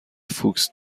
فوکس